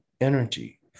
energy